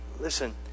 Listen